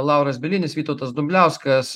lauras bielinis vytautas dumbliauskas